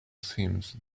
seems